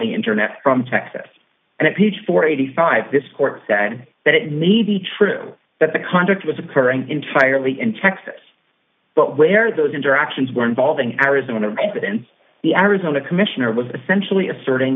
the internet from texas and peach forty five this court said that it may be true that the conduct was occurring entirely in texas but where those interactions were involving arizona residents the arizona commissioner was essentially asserting